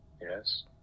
Yes